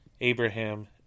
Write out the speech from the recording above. Abraham